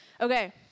Okay